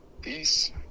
Peace